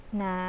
na